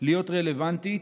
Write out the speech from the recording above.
להיות רלוונטית